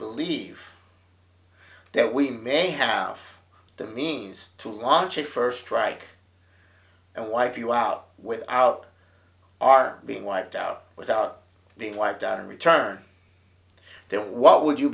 believe that we may have the means to launch a first strike and wipe you out without our being wiped out without being wiped out in return there what would you